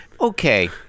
Okay